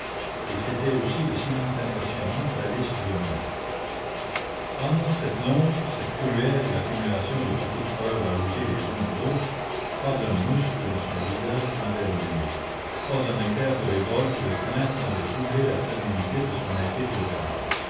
et c'était aussi le silence impressionnant d'alice demun pendant cette longue cette cruelle accumulation de petites preuves ajoutées les unes aux autres pas un muscle de son doux visage n'avait bougé pas un éclair de révolte ou de crainte n'avait troublé la sérénité de son limpide regard